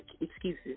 excuses